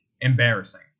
embarrassing